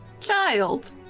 child